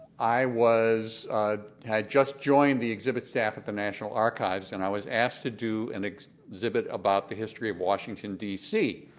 i was i had just joined the exhibit staff at the national archives and i was asked to do an exhibit about the history of washington, d c.